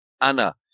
Anna